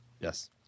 Yes